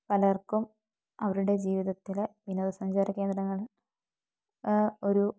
പലർക്കും അവരുടെ ജീവിതത്തിലെ വിനോദസഞ്ചാര കേന്ദ്രങ്ങൾ ഒരു